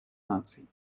наций